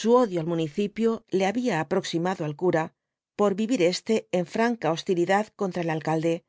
su odio al municipio le había aproximado al cura por vivir éste en franca hostilidad contra el alcalde